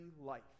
life